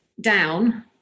down